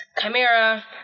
Chimera